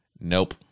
Nope